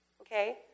okay